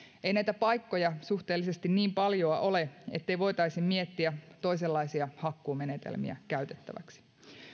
ei näitä paikkoja suhteellisesti niin paljon ole ettei voitaisi miettiä toisenlaisia hakkuumenetelmiä käytettäväksi